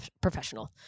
professional